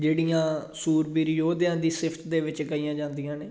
ਜਿਹੜੀਆਂ ਸੂਰਬੀਰ ਯੋਧਿਆਂ ਦੀ ਸਿਫਤ ਦੇ ਵਿੱਚ ਗਾਈਆਂ ਜਾਂਦੀਆਂ ਨੇ